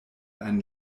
einen